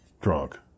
drunk